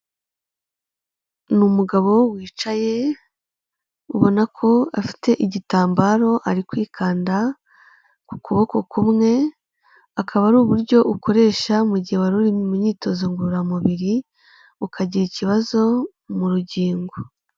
Ni umugabo wicaye ubona ko afite igitambaro ari kwikanda ku kuboko kumwe, akaba ari uburyo ukoresha mu gihe wari uri mu myitozo ngorora mubiri ukagira ikibazo mu rugingo.